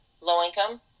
low-income